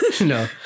No